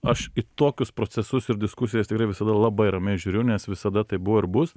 aš į tokius procesus ir diskusijas tikrai visada labai ramiai žiūriu nes visada taip buvo ir bus